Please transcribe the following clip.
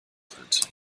getrennt